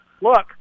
look